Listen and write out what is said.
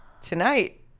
tonight